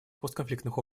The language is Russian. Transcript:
постконфликтных